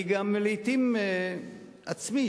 לעתים אני עצמי,